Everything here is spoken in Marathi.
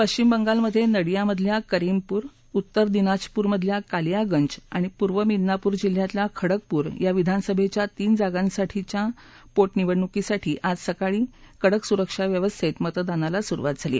पश्विम बंगालमधे नडियामधल्या करीमपूर उत्तर दिनाजपूरमधील कालियागंज आणि पूर्व मिदनापूर जिल्ह्यातल्या खडगपूर या विधानसभेच्या तीन जागांसाठीच्या होत असल्याल्या पोटनिवडणुसाठी आज सकाळी आज सकाळी कडक सुरक्षा व्यवस्थेत मतदानाला सुरुवात झाली